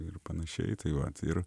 ir panašiai tai vat ir